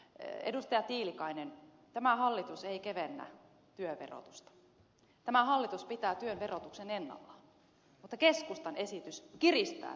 edustaja tiilikainen tämä hallitus ei kevennä työn verotusta tämä hallitus pitää työn verotuksen ennallaan mutta keskustan esitys kiristää työn verotusta